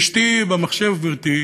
לאשתי, במחשב, גברתי,